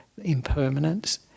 impermanence